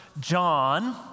John